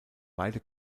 beide